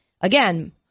Again